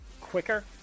quicker